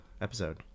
episode